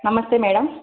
నమస్తే మ్యాడమ్